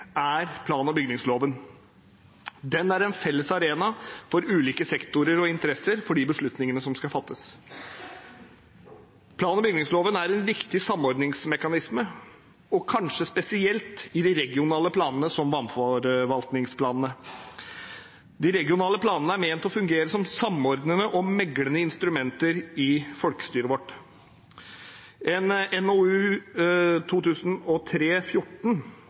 er plan- og bygningsloven. Den er en felles arena for ulike sektorer og interesser for de beslutningene som skal fattes. Plan- og bygningsloven er en viktig samordningsmekanisme, kanskje spesielt i de regionale planene, som vannforvaltningsplanene. De regionale planene er ment å fungere som samordnende og meglende instrumenter i folkestyret vårt. I NOU 2003: 14